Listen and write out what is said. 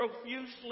profusely